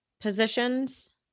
positions